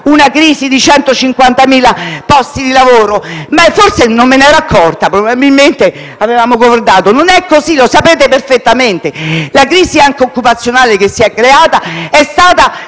una crisi di 150.000 posti di lavoro. Forse non me ne ero accorta; probabilmente avevamo comandato. Invece non è così e lo sapete perfettamente. La crisi occupazionale che si è creata è avvenuta